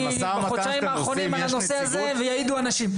בחודשיים האחרונים אני על הנושא הזה ויעידו אנשים.